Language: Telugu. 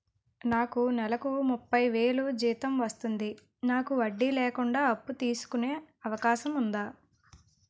నాకు నేలకు ముప్పై వేలు జీతం వస్తుంది నాకు వడ్డీ లేకుండా అప్పు తీసుకునే అవకాశం ఉందా